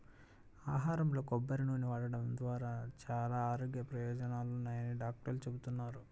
ఆహారంలో కొబ్బరి నూనె వాడటం ద్వారా చాలా ఆరోగ్య ప్రయోజనాలున్నాయని డాక్టర్లు చెబుతున్నారు